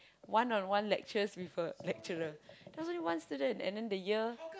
one on one lectures with a lecturer there was only one student and then the year